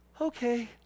okay